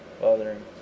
bothering